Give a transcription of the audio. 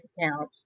account